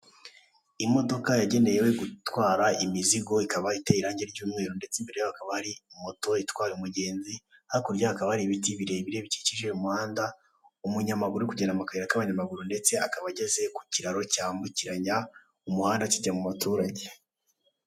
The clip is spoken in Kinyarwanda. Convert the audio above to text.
Imodoka yagenewe gutwara imizigo, ikaba iteye irangi ry'umweru ndetse imbere yaho hakaba hari moto itwaye umugenzi, hakurya yaho hakaba hari ibiti birebire bikikije umuhanda, umunyamaguru uri kugenda mu kayira k'abanyamaguru ndetse akaba ageze ku kiraro cyambukiranya umuhanda kijya mu baturage.